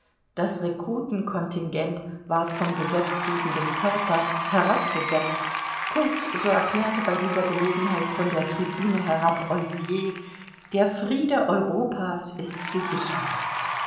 das rekrutenkontingent ward vom gesetzgebenden körper herabgesetzt kurz so erklärte bei dieser gelegenheit von der tribüne herab ollivier der friede europas ist gesichert